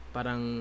Parang